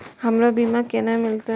हमरो बीमा केना मिलते?